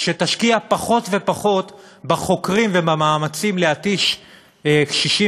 שתשקיע פחות ופחות בחוקרים ובמאמצים להתיש קשישים